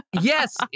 Yes